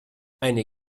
eine